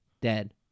dead